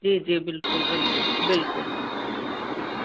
जी जी बिल्कुलु बिल्कुलु बिल्कुलु जी